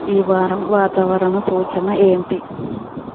ఈవారం వాతావరణ సూచన ఏంటి